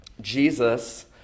Jesus